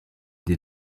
des